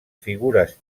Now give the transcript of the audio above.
figures